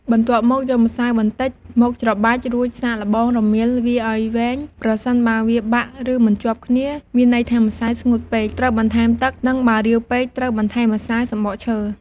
បន្ទាប់យកម្សៅបន្តិចមកច្របាច់ រួចសាកល្បងរមៀលវាឱ្យវែង ប្រសិនបើវាបាក់ឬមិនជាប់គ្នា មានន័យថាម្សៅស្ងួតពេក ត្រូវបន្ថែមទឹកនិងបើរាវពេក ត្រូវបន្ថែមម្សៅសំបកឈើ។